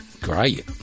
Great